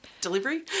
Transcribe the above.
Delivery